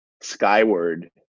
skyward